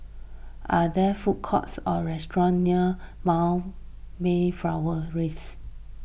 are there food courts or restaurants near Mayflower Rise